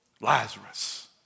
Lazarus